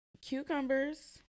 cucumbers